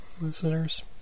listeners